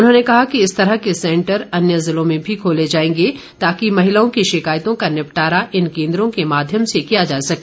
उन्होंने कहा कि इस तरह के सेंटर अन्य जिलों में भी खोले जाएंगे ताकि महिलाओं की शिकायतों का निपटारा इन केन्द्रों के माध्यम से किया जा सके